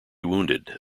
wounded